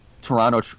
Toronto